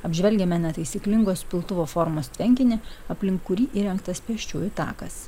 apžvelgiame netaisyklingos piltuvo formos tvenkinį aplink kurį įrengtas pėsčiųjų takas